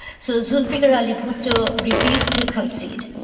so zulfikar ali bhutto refused to concede.